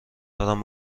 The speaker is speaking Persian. دارم